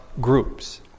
groups